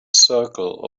circle